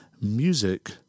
music